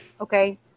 okay